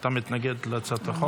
אתה מתנגד להצעת החוק?